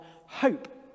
hope